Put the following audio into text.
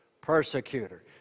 persecutor